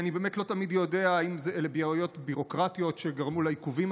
אני לא תמיד יודע אם אלה בעיות ביורוקרטיות שגרמו לעיכובים